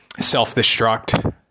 self-destruct